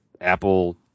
Apple